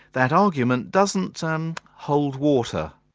that argument doesn't so um, hold water.